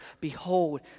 Behold